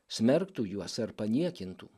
smerktų juos ar paniekintų